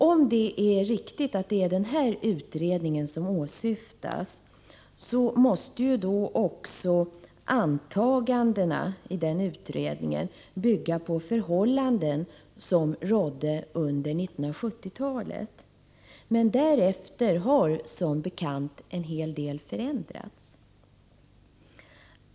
Om detta är riktigt bygger antagandena på förhållanden som rådde under 1970-talet. Därefter har som bekant en del förändrats.